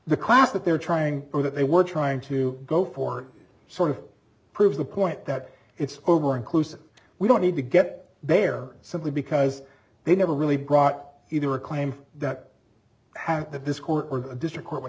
the class that they're trying to that they were trying to go for sort of proves the point that it's over inclusive we don't need to get there simply because they never really brought either a claim that i have that this court or district court would